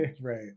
right